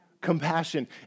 Compassion